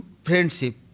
friendship